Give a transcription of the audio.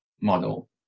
model